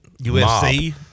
UFC